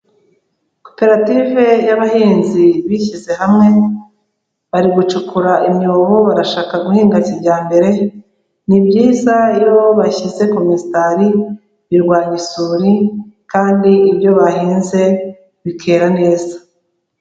Koperative y'abahinzi bishyize hamwe, bari gucukura imyobo barashaka guhinga kijyambere, ni byiza iyo bashyize ku misitari birwanya isuri kandi ibyo bahinze bikera neza.